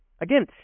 Again